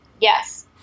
Yes